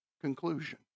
conclusion